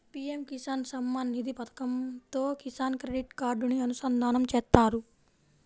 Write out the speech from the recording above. PM Kisan Samman Nidhi పథకంతో Kisan credit కార్డుని అనుసంధానం చేత్తారు